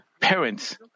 parents